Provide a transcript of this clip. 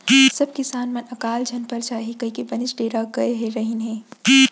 सब किसान मन अकाल झन पर जाही कइके बनेच डेरा गय रहिन हें